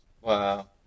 Wow